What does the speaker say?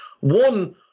One